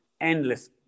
endless